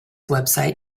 website